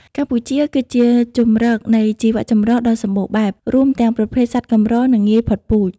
កម្ពុជាគឺជាជម្រកនៃជីវចម្រុះដ៏សំបូរបែប រួមទាំងប្រភេទសត្វកម្រ និងងាយផុតពូជ។